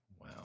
Wow